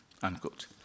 unquote